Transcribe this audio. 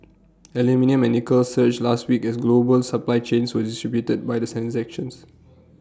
aluminium and nickel surged last week as global supply chains were disrupted by the sand sections